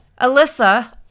Alyssa